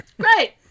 Great